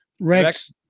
Rex